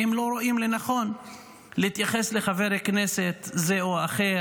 כי הם לא רואים לנכון להתייחס לחבר כנסת זה או אחר,